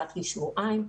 אחת לשבועיים מפגשים.